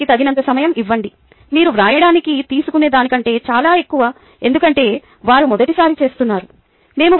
వారికి తగినంత సమయం ఇవ్వండి మీరు వ్రాయడానికి తీసుకునే దానికంటే చాలా ఎక్కువ ఎందుకంటే వారు మొదటిసారి చేస్తున్నారు